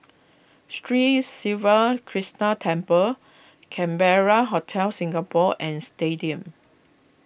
Sri Siva Krishna Temple Capella Hotel Singapore and Stadium